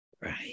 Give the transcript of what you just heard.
Right